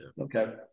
okay